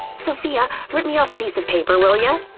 sophia, rip me off a piece of paper, will ya?